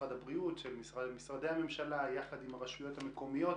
משרד הבריאות ומשרדי ממשלה שונים יחד עם הרשויות המקומיות